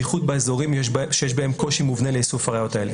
בייחוד באזורים שיש בהם קושי מובנה לאיסוף הראיות האלה.